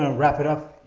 ah wrap it up.